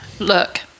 Look